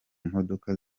modoka